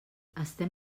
estem